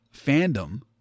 fandom